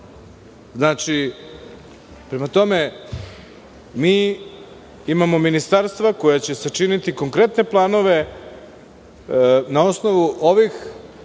Prema tome, mi imamo ministarstva koja će sačiniti konkretne planove na osnovu ovih